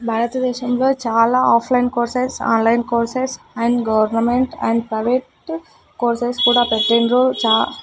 భారతదేశంలో చాలా offline courses online courses and government and private courses కూడా పెట్టిండ్రు చా